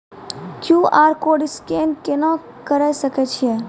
QR code scan केना करै सकय छियै?